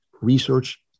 research